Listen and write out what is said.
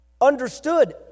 understood